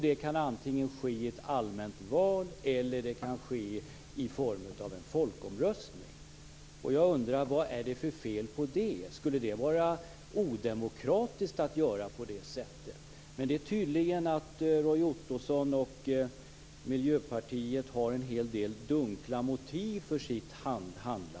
Det kan ske antingen i ett allmänt val eller i en folkomröstning. Jag undrar vad det är för fel på det. Skulle det vara odemokratiskt att göra på det sättet? Det är tydligt att Roy Ottosson och Miljöpartiet har en hel del dunkla motiv för sitt handlande.